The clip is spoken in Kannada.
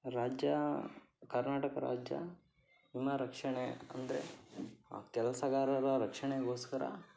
ರಾಜ್ಯ ಕರ್ನಾಟಕ ರಾಜ್ಯ ವಿಮಾರಕ್ಷಣೆ ಅಂದರೆ ಕೆಲಸಗಾರರ ರಕ್ಷಣೆಗೋಸ್ಕರ